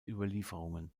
überlieferungen